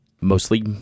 mostly